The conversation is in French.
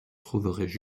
trouveraient